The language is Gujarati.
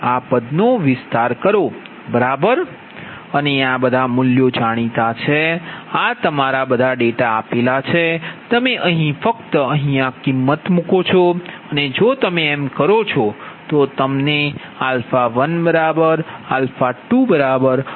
આ પદનો વિસ્તાર કરો બરાબર અને આ બધા મૂલ્યો જાણીતા છે આ તમારો આ બધા ડેટા છે તમે અહી કિમત મૂકો છો અને જો તમે એમ કરો છો તો તમને 12 14મળશે